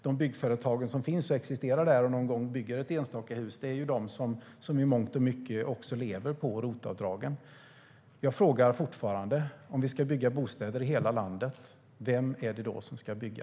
De byggföretag som finns där och någon gång bygger ett enstaka hus är de som i mångt och mycket lever på ROT-avdragen. Jag frågar fortfarande: Om vi ska bygga bostäder i hela landet, vem är det då som ska bygga?